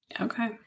Okay